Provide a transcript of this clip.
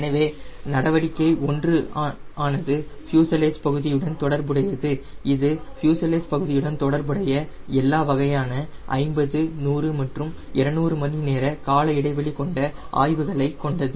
எனவே நடவடிக்கை ஒன்று ஆனது ப்யூஸலேஜ் பகுதியுடன் தொடர்புடையது இது ப்யூஸலேஜ் பகுதியுடன் தொடர்புடைய எல்லா வகையான 50 100 மற்றும் 200 மணி நேர கால இடைவெளி கொண்ட ஆய்வுகளை கொண்டது